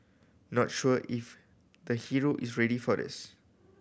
not sure if the hero is ready for this